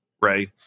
Ray